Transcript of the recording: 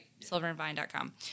silverandvine.com